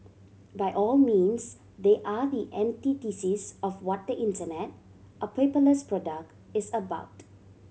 by all means they are the antithesis of what Internet a paperless product is about